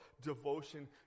devotion